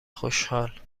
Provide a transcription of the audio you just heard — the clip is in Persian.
خوشحال